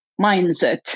mindset